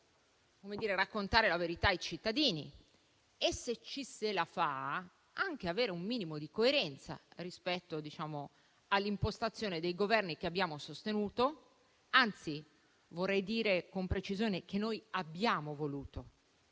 cui piace raccontare la verità ai cittadini e, se ci riusciamo, ci piace anche avere un minimo di coerenza rispetto all'impostazione dei governi che abbiamo sostenuto. Anzi, vorrei dire con precisione che noi abbiamo voluto